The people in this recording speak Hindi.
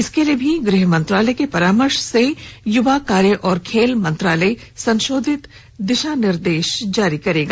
इसके लिए भी गृह मंत्रालय के परामर्श से युवा कार्य और खेल मंत्रालय संशोधित दिशानिर्देश जारी करेगा